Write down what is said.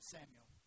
Samuel